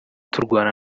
turwana